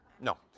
no